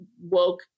woke